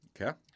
Okay